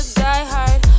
diehard